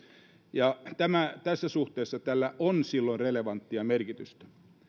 ja tässä suhteessa sillä on silloin relevanttia merkitystä